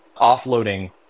offloading